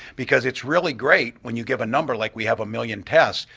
because it's really great when you give a number like we have a million tests,